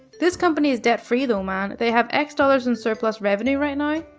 this company is debt-free, though, man. they have x dollars in surplus revenue right now.